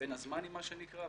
"בין הזמנים" מה שנקרא,